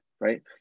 right